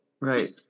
Right